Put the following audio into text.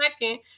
second